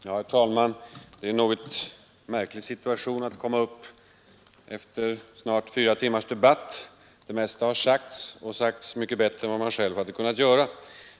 Herr talman! Det är en något märklig situation när man kommer upp efter snart fyra timmars debatt. Det mesta har sagts och sagts bättre än vad man själv hade kunnat göra.